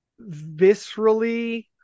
viscerally